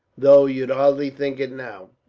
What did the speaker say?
though you'd hardly think it now.